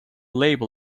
label